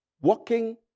walking